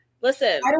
Listen